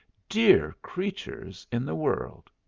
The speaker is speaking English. dear creatures in the world.